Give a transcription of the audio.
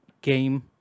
game